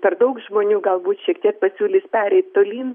per daug žmonių galbūt šiek tiek pasiūlys pereit tolyn